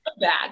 bad